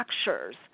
structures